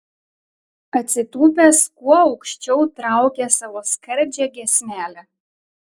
atsitūpęs kuo aukščiau traukia savo skardžią giesmelę